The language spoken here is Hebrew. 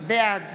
בעד